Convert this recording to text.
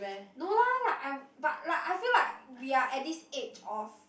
no lah like I'm but like I feel like we are at this age of